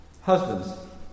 Husbands